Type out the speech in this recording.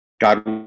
God